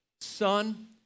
son